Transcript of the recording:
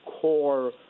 core